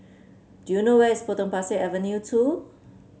do you know where is Potong Pasir Avenue two